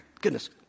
goodness